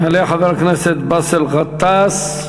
יעלה חבר הכנסת באסל גטאס,